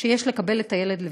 שיש לקבל את הילד לבית-הספר.